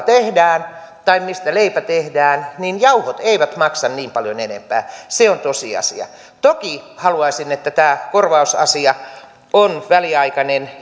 tehdään tai mistä leipä tehdään jauhot eivät maksa niin paljon enempää se on tosiasia toki haluaisin että tämä korvausasia on väliaikainen